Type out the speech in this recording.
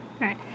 Right